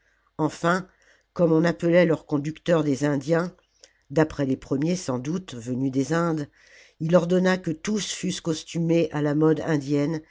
enfin comme on appelait leurs conducteurs des indiens d'après les premiers sans doute venus des indes il ordonna que tous fussent costumés à la mode indienne